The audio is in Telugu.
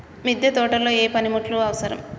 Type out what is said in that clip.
మిద్దె తోటలో ఏ పనిముట్లు అవసరం?